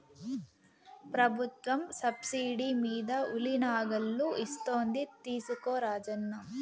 ప్రభుత్వం సబ్సిడీ మీద ఉలి నాగళ్ళు ఇస్తోంది తీసుకో రాజన్న